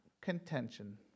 contention